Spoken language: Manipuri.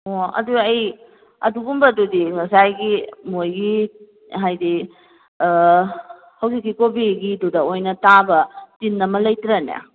ꯑꯣ ꯑꯗꯨ ꯑꯩ ꯑꯗꯨꯒꯨꯝꯕꯗꯨꯗꯤ ꯉꯁꯥꯏꯒꯤ ꯃꯣꯏꯒꯤ ꯍꯥꯏꯗꯤ ꯍꯧꯖꯤꯛꯀꯤ ꯀꯣꯕꯤꯒꯤꯗꯨꯗ ꯑꯣꯏꯅ ꯇꯥꯕ ꯇꯤꯟ ꯑꯃ ꯂꯩꯇ꯭ꯔꯅꯦ